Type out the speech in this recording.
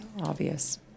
Obvious